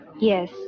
Yes